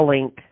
Link